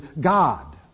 God